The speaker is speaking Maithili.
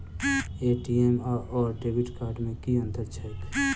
ए.टी.एम आओर डेबिट कार्ड मे की अंतर छैक?